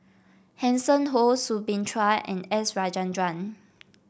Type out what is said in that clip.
Hanson Ho Soo Bin Chua and S Rajendran